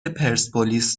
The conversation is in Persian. پرسپولیس